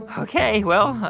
ok, well,